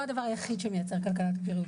היא לא הדבר היחיד שמייצר כלכלת בריאות.